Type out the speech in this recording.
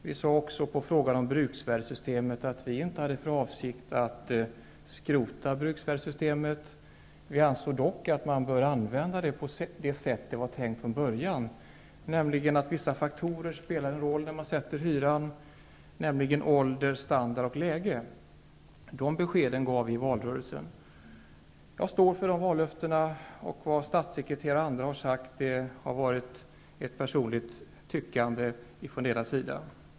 Vi sade också på frågan om bruksvärdessystemet att vi inte hade för avsikt att skrota detta system. Vi ansåg dock att man bör använda det på det sätt som var tänkt från början. Vissa faktorer skall spela en roll när man sätter hyran, nämligen ålder, standard och läge. De beskeden gav vi i valrörelsen. Jag står för de vallöftena. Vad statssekreterare och andra har sagt har varit ett personligt tyckande från deras sida.